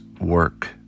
work